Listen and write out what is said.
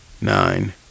nine